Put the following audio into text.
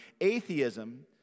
atheism